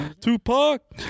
Tupac